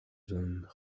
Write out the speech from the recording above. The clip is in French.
hommes